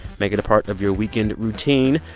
make it a part of your weekend routine.